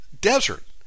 desert